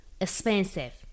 expensive